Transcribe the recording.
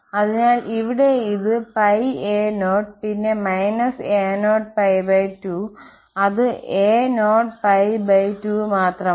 അതിനാൽ ഇവിടെ ഇത് π a0 പിന്നെ a0𝞹2 അത് a0𝞹2 മാത്രമാണ്